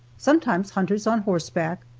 sometimes hunters on horseback,